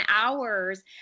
hours